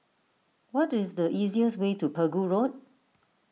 what is the easiest way to Pegu Road